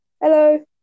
Hello